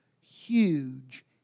huge